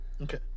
okay